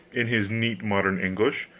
in his neat modern english,